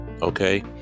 Okay